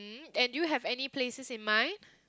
and do you have any places in mind